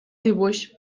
dibuix